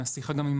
גם מהשיחה עם